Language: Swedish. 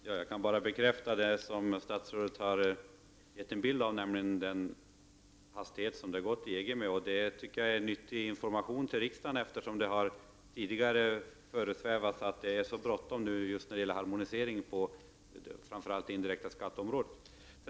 Herr talman! Jag kan bekräfta vad statsrådet säger om den hastiga utvecklingen inom EG. Det är nyttig information till riksdagen, eftersom det tidigare har förespeglats oss att det nu är så bråttom med harmoniseringen på framför allt området indirekta skatter.